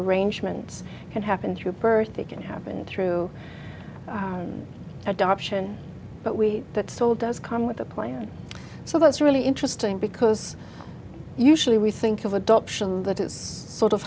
arrangements can happen through birth they can happen through adoption but we that soul does come with a plan so that's really interesting because usually we think of adoption that is sort of